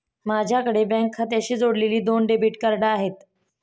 माझ्याकडे बँक खात्याशी जोडलेली दोन डेबिट कार्ड आहेत